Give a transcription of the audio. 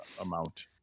amount